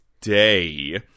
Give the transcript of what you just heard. day